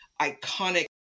iconic